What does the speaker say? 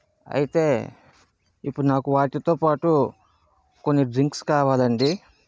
అయితే ఇప్పుడు నాకు వాటితో పాటు కొన్ని డ్రింక్స్ కావాలండి